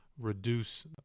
reduce